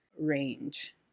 range